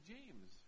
James